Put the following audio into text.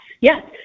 Yes